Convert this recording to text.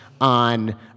on